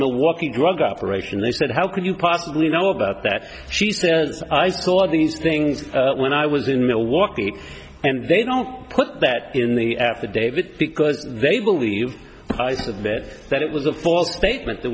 milwaukee drug operation they said how could you possibly know about that she says i saw these things when i was in milwaukee and they don't put that in the affidavit because they believe types of it that it was a false statement there